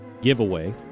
giveaway